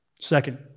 Second